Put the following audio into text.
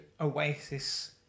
oasis